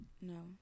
No